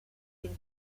فیلم